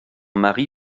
mari